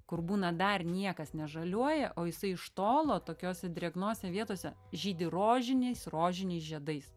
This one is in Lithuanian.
kur būna dar niekas nežaliuoja o jisai iš tolo tokiose drėgnose vietose žydi rožiniais rožiniais žiedais